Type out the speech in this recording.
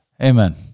Amen